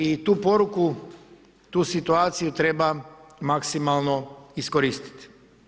I tu poruku, tu situaciju treba maksimalno iskoristiti.